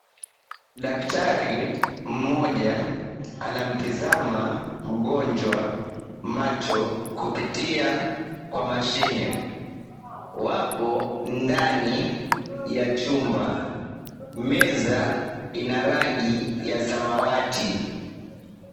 Daktari mmoja anamtizama mgonjwa macho, kupitia kwa mashine. Wapo ndani ya chumba. Meza ina rangi ya samawati.